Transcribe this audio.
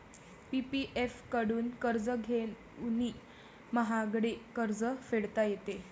PPF कडून कर्ज घेऊनही महागडे कर्ज फेडता येते